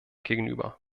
gegenüber